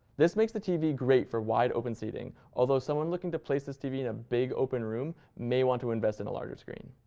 this makes the tv great for wide open seating, although someone looking to place this tv in a big open room, may want to invest in a larger screen.